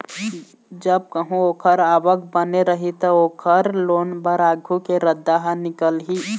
जब कहूँ ओखर आवक बने रही त, ओखर लोन बर आघु के रद्दा ह निकलही